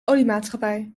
oliemaatschappij